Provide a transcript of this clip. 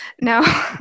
No